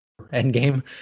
Endgame